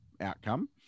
outcome